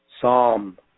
Psalm